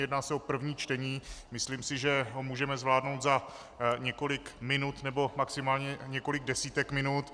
Jedná se o první čtení, myslím si, že ho můžeme zvládnout za několik minut, nebo maximálně několik desítek minut.